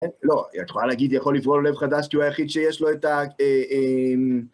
לא, את יכולה להגיד, יכול לברוא לו לב חדש, כי הוא היחיד שיש לו את ה...